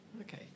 Okay